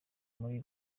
muri